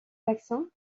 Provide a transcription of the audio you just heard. vaccins